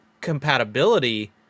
compatibility